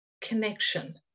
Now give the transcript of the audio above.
connection